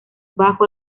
bajo